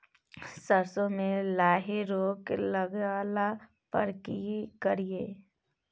सरसो मे लाही रोग लगला पर की करिये?